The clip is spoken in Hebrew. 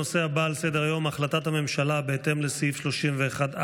הנושא הבא על סדר-היום: החלטת הממשלה בהתאם לסעיף 31(א)